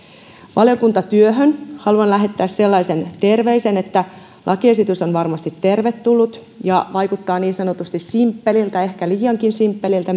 valiokuntatyöhön haluan lähettää sellaisen terveisen että lakiesitys on varmasti tervetullut ja vaikuttaa niin sanotusti simppeliltä ehkä liiankin simppeliltä